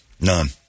None